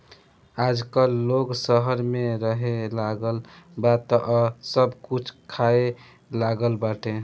आजकल लोग शहर में रहेलागल बा तअ सब कुछ खाए लागल बाटे